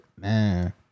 Man